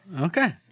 Okay